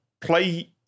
play